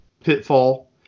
Pitfall